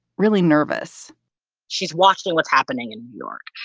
really nervous she's watching what's happening in new york.